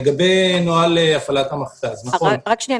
לגבי נוהל הפעלת המכת"ז --- רק רגע,